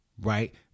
right